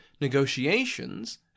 negotiations